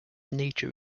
nature